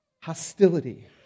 Hostility